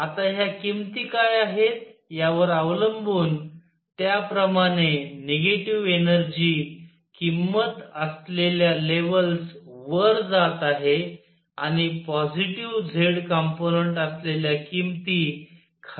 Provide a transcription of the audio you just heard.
आता ह्या किमती काय आहेत यावर अवलंबून त्याप्रमाणे निगेटिव्ह एनर्जी किंमत असलेल्या लेव्हल्स वर जात आहे आणि पॉजिटीव्ह z कंपोनंन्ट असलेल्या किमती खाली येणार आहेत